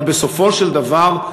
אבל בסופו של דבר,